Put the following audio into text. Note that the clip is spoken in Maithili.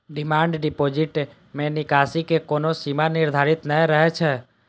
डिमांड डिपोजिट मे निकासी के कोनो सीमा निर्धारित नै रहै छै